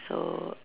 so